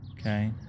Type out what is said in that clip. Okay